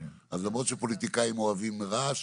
למרות שפוליטיקאים אוהבים רעש,